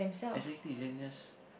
exactly then just